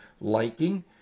Liking